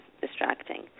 distracting